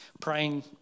praying